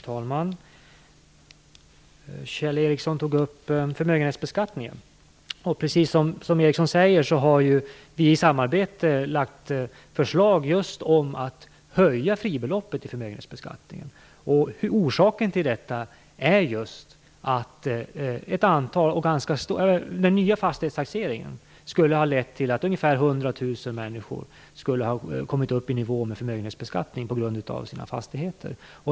Fru talman! Kjell Ericsson tog upp förmögenhetsbeskattningen. Precis som Kjell Ericsson säger har vi i samarbete lagt fram ett förslag om att höja fribeloppet i förmögenhetsbeskattningen. Orsaken till detta är just att den nya fastighetstaxeringen skulle ha lett till att ungefär 100 000 människor hade kommit upp i nivå med förmögenhetsbeskattning på grund av sina fastigheter.